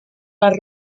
les